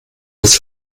das